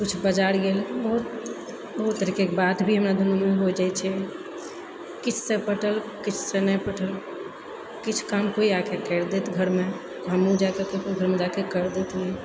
किछु बाजार गेल बहुत तरहके बात भी हमरा दुनूमे होइत रहै छै किछुसँ पटल किछुसँ नहि पटल किछु काम कोइ आकै करि देत घरमे हमहुँ जाकऽ ककरो घरमे जाकऽ कर दैतियै